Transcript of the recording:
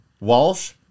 Walsh